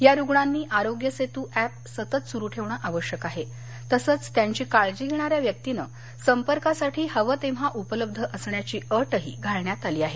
या रुग्णांनी आरोग्यसेतू ऍप सतत सुरू ठेवणं आवश्यक आहे तसंच त्यांची काळजी घेणाऱ्या व्यक्तीनं संपर्कासाठी हवं तेव्हा उपलब्ध असण्याची अटही घालण्यात आली आहे